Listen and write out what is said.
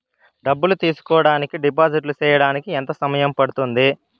డబ్బులు తీసుకోడానికి డిపాజిట్లు సేయడానికి ఎంత సమయం పడ్తుంది